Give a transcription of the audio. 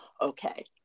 Okay